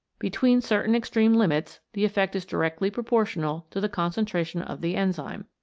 be tween certain extreme limits the effect is directly proportional to the concentration of the enzyme.